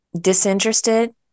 disinterested